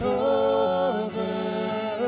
over